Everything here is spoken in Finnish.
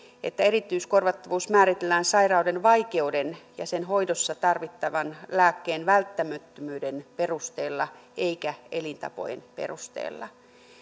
että erityiskorvattavuus määritellään sairauden vaikeuden ja sen hoidossa tarvittavan lääkkeen välttämättömyyden perusteella eikä elintapojen perusteella